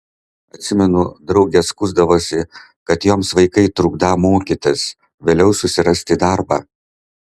atsimenu draugės skųsdavosi kad joms vaikai trukdą mokytis vėliau susirasti darbą